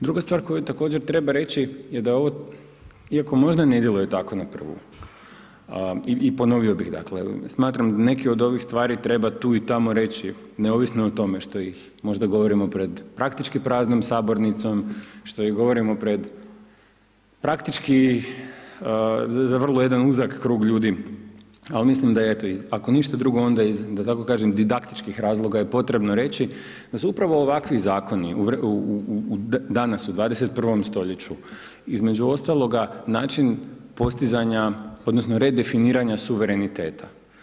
Druga stvar koju također treba reći, iako možda ne djeluje tako na prvu, i ponovio bih dakle, smatram neke od ovih stvari treba tu i tamo reći neovisno o tome što ih možda govorimo pred praktički praznom sabornicom, što ih govorimo pred praktički za vrlo jedan uzak krug ljudi, al mislim da eto ako ništa drugo onda iz, da tako kažem didaktičkih razloga je potrebno reći, da su upravo ovakvi zakoni, danas u 21. stoljeću između ostaloga način postizanja odnosno redefiniranja suvereniteta.